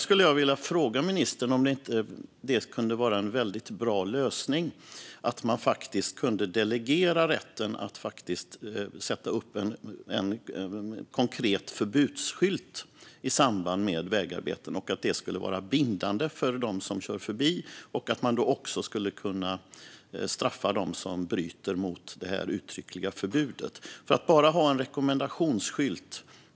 Skulle det inte vara en bra lösning, ministern, att delegera rätten att sätta upp en konkret förbudsskylt i samband med vägarbeten? Förbudsskylten skulle vara bindande för dem som kör förbi, och de som bryter mot det uttryckliga förbudet skulle straffas.